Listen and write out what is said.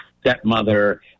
stepmother